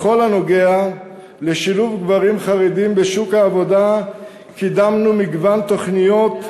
בכל הנוגע לשילוב גברים חרדים בשוק העבודה קידמנו מגוון תוכניות,